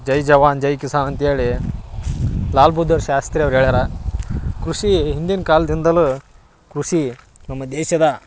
ಜೈ ಜವಾನ್ ಜೈ ಕಿಸಾನ್ ಅಂಥೇಳಿ ಲಾಲ್ ಬಹದ್ದೂರ್ ಶಾಸ್ತ್ರಿ ಅವ್ರು ಹೇಳ್ಯಾರ ಕೃಷಿ ಹಿಂದಿನ ಕಾಲದಿಂದಲೂ ಕೃಷಿ ನಮ್ಮ ದೇಶದ